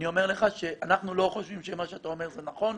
אני אומר לך שאנחנו לא חושבים שמה שאתה אומר זה נכון.